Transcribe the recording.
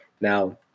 Now